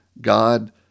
God